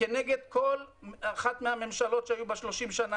כנגד כל אחת מהממשלות שהיו ב-30 השנה